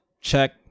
check